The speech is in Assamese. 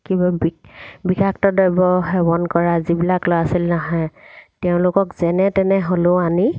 কিবা বি বিষাক্ত দ্ৰব্য সেৱন কৰা যিবিলাক ল'ৰা ছোৱালী নাহে তেওঁলোকক যেনে তেনে হ'লেও আনি